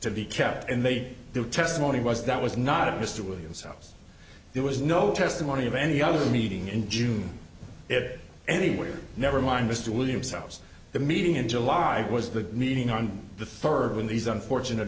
to be kept and they did their testimony was that was not of mr williams so there was no testimony of any other meeting in june it anywhere never mind mr williams sells the meeting in july was the meeting on the third when these unfortunate